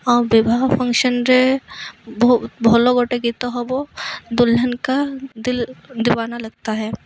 ଆଉ ବିିବାହ ଫଙ୍କସନରେ ଭଲ ଗୋଟେ ଗୀତ ହେବ ଦୁଲ୍ନନ୍ କା ଦିଲ୍ ଦିବାନା ଲଗତା ହେ